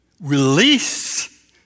release